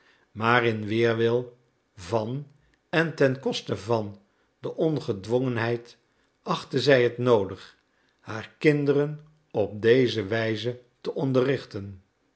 maar in weerwil van en ten koste van de ongedwongenheid achtte zij het noodig haar kinderen op deze wijze te